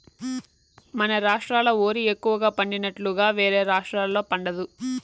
మన రాష్ట్రాల ఓరి ఎక్కువగా పండినట్లుగా వేరే రాష్టాల్లో పండదు